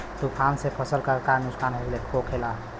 तूफान से फसल के का नुकसान हो खेला?